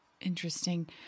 Interesting